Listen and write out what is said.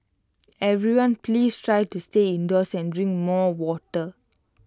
everyone please try to stay indoors and drink more water